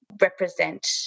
represent